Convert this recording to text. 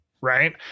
right